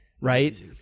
right